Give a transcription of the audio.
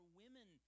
women